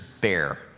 bear